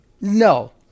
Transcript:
No